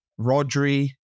Rodri